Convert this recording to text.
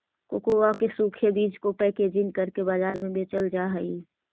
cocoa के सूखे बीज को पैकेजिंग करके बाजार में बेचल जा हई